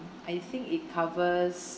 I think it covers